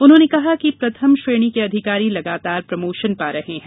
उन्होंने कहा कि प्रथाम श्रेणी के अधिकारी लगातार प्रमोशन पा रहे हैं